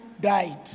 died